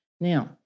Now